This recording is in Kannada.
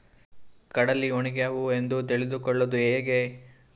ಕಡಲಿ ಒಣಗ್ಯಾವು ಎಂದು ತಿಳಿದು ಕೊಳ್ಳೋದು ಹೇಗೆ?